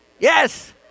Yes